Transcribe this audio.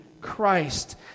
Christ